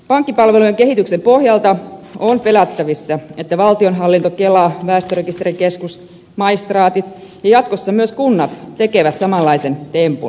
pankkipalvelujen kehityksen pohjalta on pelättävissä että valtionhallinto kela väestörekisterikeskus maistraatit ja jatkossa myös kunnat tekevät samanlaisen tempun